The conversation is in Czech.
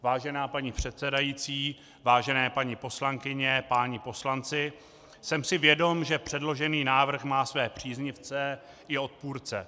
Vážená paní předsedající, vážené paní poslankyně, vážení páni poslanci, jsem si vědom, že předložený návrh má své příznivce i odpůrce.